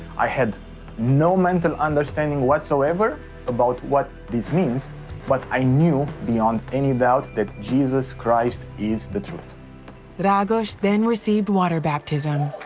i had no mental understanding whatsoever about what this means but i knew beyond any doubt that jesus christ is the truth. reporter dragos then received water baptism.